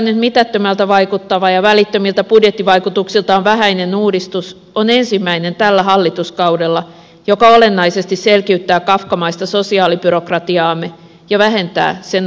tämmöinen mitättömältä vaikuttava ja välittömiltä budjettivaikutuksiltaan vähäinen uudistus on tällä hallituskaudella ensimmäinen joka olennaisesti selkiyttää kafkamaista sosiaalibyrokratiaamme ja vähentää sen alikäyttöä